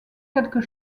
quelques